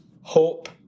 hope